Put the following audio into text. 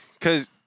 cause